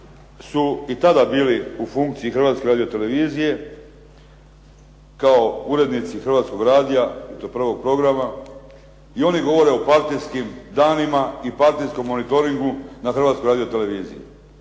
su i tada bili u funkciji Hrvatske radiotelevizije kao urednici Hrvatskog radija, i to prvog programa, i oni govore o partijskim danima i partijskom monitoringu na Hrvatskoj radioteleviziji.